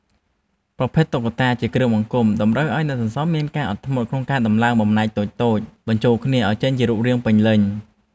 ប្រភេទ តុក្កតាជាគ្រឿងបង្គុំ តម្រូវឱ្យអ្នកសន្សំមានការអត់ធ្មត់ក្នុងការតម្លើងបំណែកតូចៗបញ្ចូលគ្នាឱ្យចេញជារូបរាងពេញលេញ។